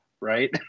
right